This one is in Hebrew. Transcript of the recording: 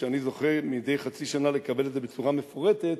ואני זוכה מדי חצי שנה לקבל את זה בצורה מפורטת,